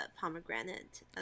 pomegranate